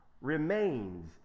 remains